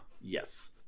Yes